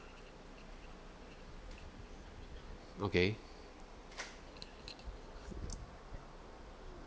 okay